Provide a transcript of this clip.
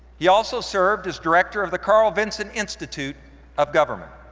he also served as director of the carl vincent institute of government.